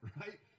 right